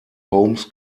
holmes